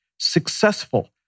successful